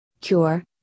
cure